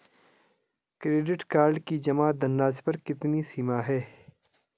Credit card की जमा धनराशि पर कितनी सीमा है?